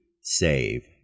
save